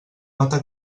nota